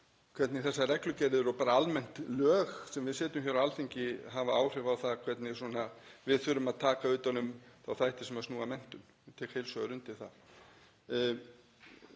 hvernig þessar reglugerðir og bara lög almennt sem við setjum hér á Alþingi hafa áhrif á hvernig við þurfum að taka utan um þá þætti sem snúa að menntun. Ég tek heils hugar undir það.